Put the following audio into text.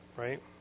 right